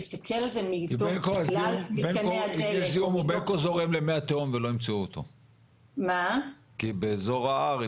להסתכל על זה מתוך כלל מתקני הדלק או מתוך --- באזור ההר,